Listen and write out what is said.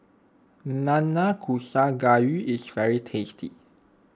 Nanakusa Gayu is very tasty